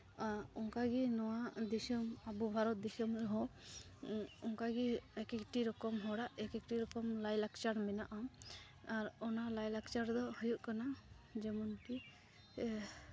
ᱚᱱᱠᱟᱜᱮ ᱱᱚᱣᱟ ᱫᱤᱥᱚᱢ ᱟᱵᱚ ᱵᱷᱟᱨᱚᱛ ᱫᱤᱥᱚᱢ ᱨᱮᱦᱚᱸ ᱚᱱᱠᱟᱜᱮ ᱮᱠ ᱮᱠᱴᱤ ᱨᱚᱠᱚᱢ ᱦᱚᱲᱟᱜ ᱮᱠ ᱮᱠᱴᱤ ᱨᱚᱠᱚᱢ ᱞᱟᱭᱼᱞᱟᱠᱪᱟᱨ ᱢᱮᱱᱟᱜᱼᱟ ᱟᱨ ᱚᱱᱟ ᱞᱟᱭᱼᱞᱟᱠᱪᱟᱨ ᱫᱚ ᱦᱩᱭᱩᱜ ᱠᱟᱱᱟ ᱡᱮᱢᱚᱱᱠᱤ